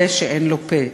זה שאין לו פה,